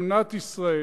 במדינת ישראל,